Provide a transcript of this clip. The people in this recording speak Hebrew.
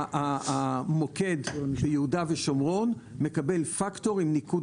המוקד ביהודה ושומרון מקבל פקטור עם ניקוד